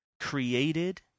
created